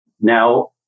Now